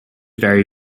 very